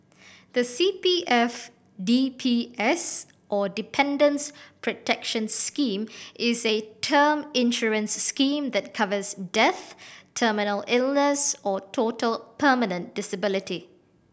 the C P F D P S or Dependants' Protection Scheme is a term insurance scheme that covers death terminal illness or total permanent disability